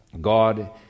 God